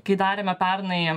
kai darėme pernai